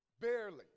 Barely